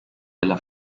della